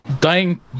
Dying